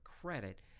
credit